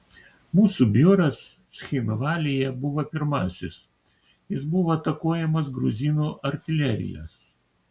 mūsų biuras cchinvalyje buvo pirmasis jis buvo atakuojamas gruzinų artilerijos